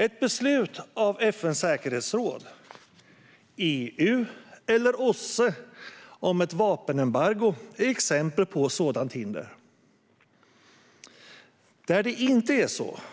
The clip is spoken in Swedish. Ett beslut av FN:s säkerhetsråd, EU eller OSSE om ett vapenembargo är exempel på sådant hinder. Där det inte är